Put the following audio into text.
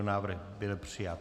Návrh byl přijat.